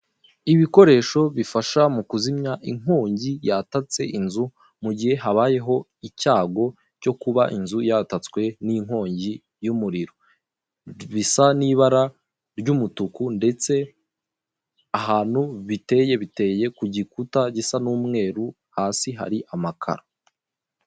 Ibikoresho bifasha mu kuzimya inkongi yatatse inzu mu guhe habayeho icyago cyo kuba inzu yatatswe n'inkongi y'umuriro , bisa n'ibara ry'umutuku ndetse ahantu biteye , biteye ku gikuta gisa n'umweru hasi hari amakaro.